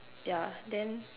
yeah then